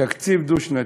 תקציב דו-שנתי.